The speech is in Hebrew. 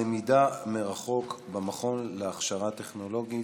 למידה מרחוק במכון להכשרה טכנולוגית.